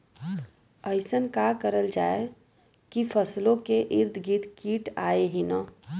अइसन का करल जाकि फसलों के ईद गिर्द कीट आएं ही न?